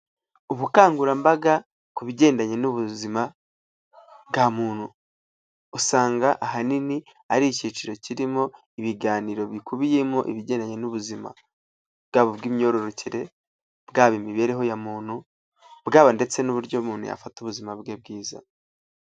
Ubukangurambaga ku bigendanye n'ubuzima bwa muntu, usanga ahanini ari icyiciro kirimo ibiganiro bikubiyemo ibijyanye n'ubuzima bwaba ubw'imyororokere, bwaba imibereho ya muntu, bwaba ndetse n'uburyo umuntu yafata ubuzima bwe bwiza.